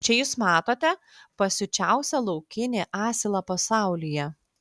čia jūs matote pasiučiausią laukinį asilą pasaulyje